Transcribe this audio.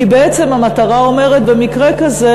כי בעצם המטרה אומרת: במקרה כזה,